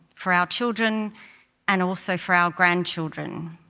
for our children and also for our grandchildren.